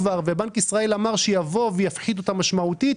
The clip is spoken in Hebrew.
ובנק ישראל אמר שיבוא ויפחית אותה משמעותית,